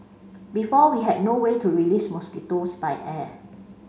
before we had no way to release mosquitoes by air